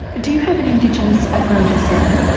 do you have an indigenous background yourself?